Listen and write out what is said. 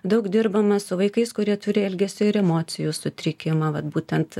daug dirbame su vaikais kurie turi elgesio ir emocijų sutrikimą vat būtent